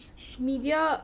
media